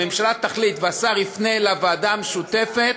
הממשלה תחליט והשר יפנה לוועדה המשותפת,